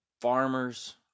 farmers